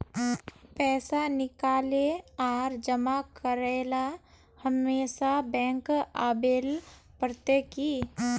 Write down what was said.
पैसा निकाले आर जमा करेला हमेशा बैंक आबेल पड़ते की?